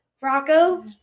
Rocco